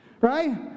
Right